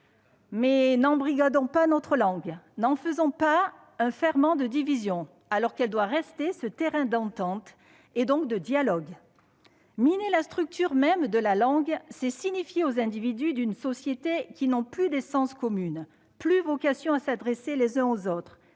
Mais n'embrigadons pas notre langue ! N'en faisons pas un ferment de division, alors qu'elle doit rester ce terrain d'entente et, donc, de dialogue. Miner la structure même de la langue, c'est signifier aux individus d'une société qu'ils n'ont plus d'essence commune, qu'ils n'ont plus vocation à s'adresser les uns aux autres,